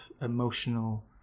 emotional